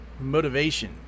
motivation